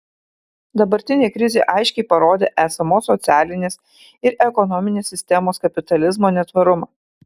dabartinė krizė aiškiai parodė esamos socialinės ir ekonominės sistemos kapitalizmo netvarumą